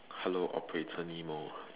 hello operator nemo